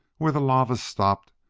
where the lava stopped,